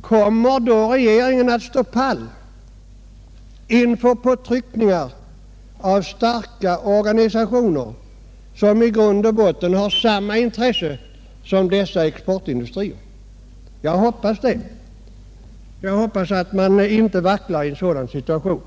Kommer regeringen då att ”stå pall” inför påtryckningar från starka organisationer, som i grund och botten har samma intressen som exportindust rierna? Jag hoppas alt regeringen inte vacklar i en sådan situation.